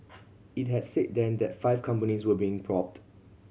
it had said then that five companies were being probed